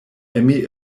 emmy